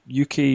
UK